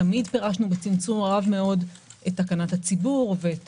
תמיד פירשנו בצמצום רב מאוד את תקנת הציבור ואת